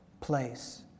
place